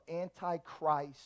antichrist